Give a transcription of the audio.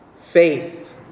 faith